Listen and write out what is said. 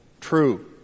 true